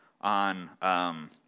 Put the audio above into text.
on